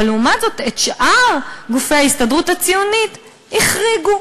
אבל לעומת זאת את שאר גופי ההסתדרות הציונית החריגו,